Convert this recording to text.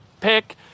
pick